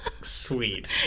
Sweet